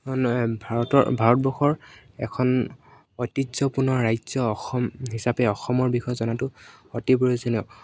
ভাৰতৰ ভাৰতবৰ্ষৰ এখন ঐতিহ্যপূৰ্ণ ৰাজ্য অসম হিচাপে অসমৰ বিষয়ে জনাটো অতি প্ৰয়োজনীয়